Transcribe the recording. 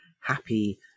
happy